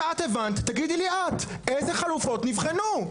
אם הבנת, תגידי לי את אילו חלופות נבחנו.